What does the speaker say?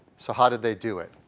so, how did they do it?